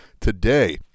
today